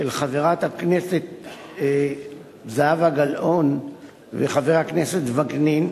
של חברת הכנסת זהבה גלאון וחבר הכנסת וקנין,